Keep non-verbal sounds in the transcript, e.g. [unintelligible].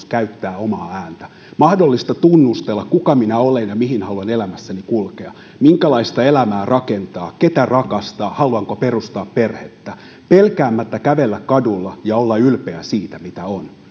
[unintelligible] käyttää omaa ääntään ei mahdollista tunnustella kuka minä olen ja mihin haluan elämässäni kulkea minkälaista elämää rakentaa ketä rakastaa haluanko perustaa perhettä pelkäämättä kävellä kadulla eikä olla ylpeä siitä mitä on